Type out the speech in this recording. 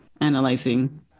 analyzing